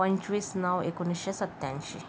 पंचवीस नऊ एकोणीसशे सत्त्याऐंशी